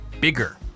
bigger